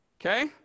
Okay